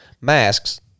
masks